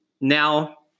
now